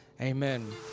Amen